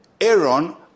Aaron